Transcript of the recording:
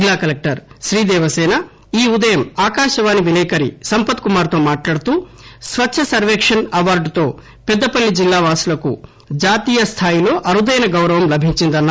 జిల్లాకలెక్టర్ శ్రీదేవసేన ఈ ఉదయం ఆకాశవాణి విలేకరి సంపత్ కుమార్ తో మాట్లాడుతూ స్వచ్చ సర్వేకణ్ అవార్డుతో పెద్దపల్లి జిల్లావాసులకు జాతీయ స్టాయిలో అరుదైన గౌరవం లభించిందన్నారు